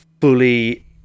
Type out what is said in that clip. fully